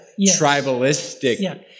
tribalistic